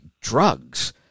drugs